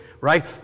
Right